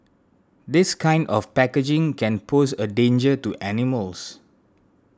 this kind of packaging can pose a danger to animals